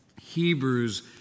Hebrews